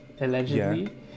allegedly